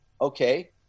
okay